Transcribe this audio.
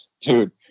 Dude